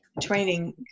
training